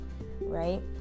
right